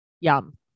Yum